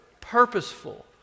purposeful